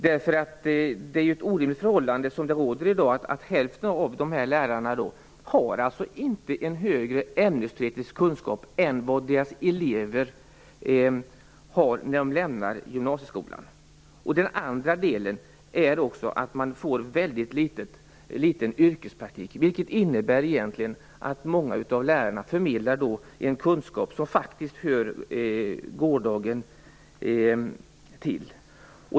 Det är ett orimligt förhållande i dag. Hälften av lärarna har inte en högre ämnesteoretisk kunskap än vad deras elever har när de lämnar gymnasieskolan. De får väldigt liten yrkespraktik, vilket innebär att många av lärarna förmedlar en kunskap som faktiskt hör gårdagen till.